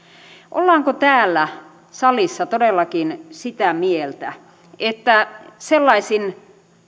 ollaanko täällä salissa todellakin sitä mieltä että sellaisin